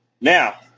Now